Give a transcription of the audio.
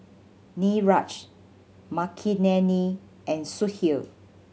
Niraj Makineni and Sudhir